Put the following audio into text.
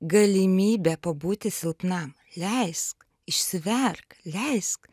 galimybę pabūti silpna leisk išsiverk leisk